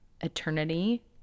eternity